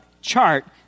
chart